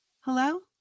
Hello